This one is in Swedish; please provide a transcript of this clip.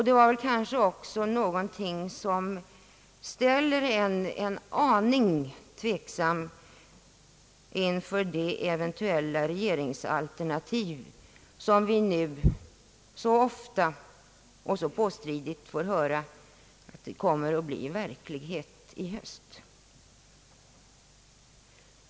Det framkom också något som gjorde oss en smula tveksamma inför det eventuella regeringsalternativ, som vi nu så ofta och så påstridigt får höra kommer att bli verklighet i höst.